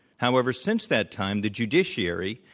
however, since that time, the judiciary,